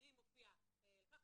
בתסקירים מופיע כך,